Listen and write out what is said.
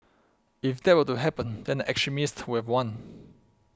if that were to happen then the extremists would have won